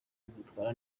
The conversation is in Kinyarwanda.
kuzitwara